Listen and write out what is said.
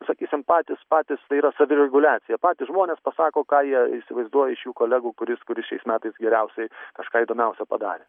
sakysim patys patys tai yra savireguliacija patys žmonės pasako ką jie įsivaizduoja iš jų kolegų kuris kuris šiais metais geriausiai kažką įdomiausio padarė